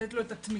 לתת לו את התמיכה.